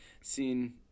seen